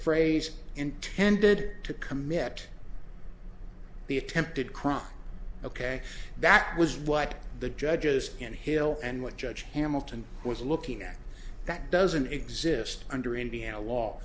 phrase intended to commit the attempted crime ok that was what the judges inhale and what judge hamilton was looking at that doesn't exist under indiana